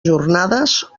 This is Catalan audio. jornades